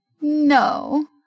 No